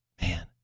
Man